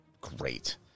great